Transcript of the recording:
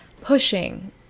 pushing